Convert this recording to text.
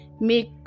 make